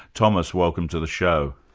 thomas, welcome to the show.